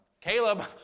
Caleb